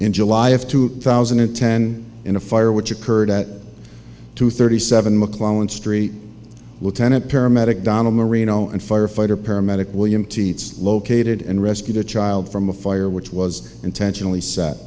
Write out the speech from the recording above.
in july of two thousand and ten in a fire which occurred at two thirty seven mccloughan street lieutenant paramedic donald marino and firefighter paramedic william teats located and rescued a child from a fire which was intentionally set